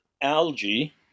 algae